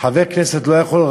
לא יכול,